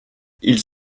ils